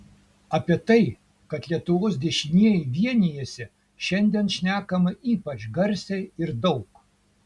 apie tai kad lietuvos dešinieji vienijasi šiandien šnekama ypač garsiai ir daug